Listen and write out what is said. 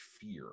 fear